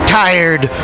tired